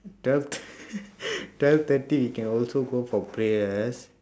twelve thir~ twelve thirty you can also go for prayers